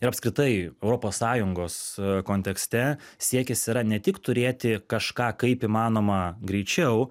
ir apskritai europos sąjungos kontekste siekis yra ne tik turėti kažką kaip įmanoma greičiau